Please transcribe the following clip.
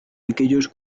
aquellos